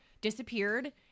disappeared